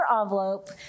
envelope